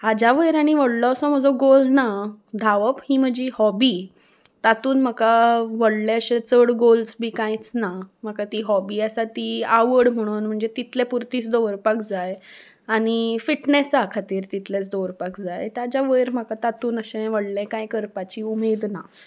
हाज्या वयर आनी व्हडलो असो म्हजो गोल ना धांवप ही म्हजी हॉबी तातून म्हाका व्हडले अशे चड गोल्स बी कांयच ना म्हाका ती हॉबी आसा ती आवड म्हणन म्हणजे तितले पुर्तीच दवरपाक जाय आनी फिटनसा खातीर तितलेंच दवरपाक जाय ताज्या वयर म्हाका तातून अशें व्हडलें कांय करपाची उमेद ना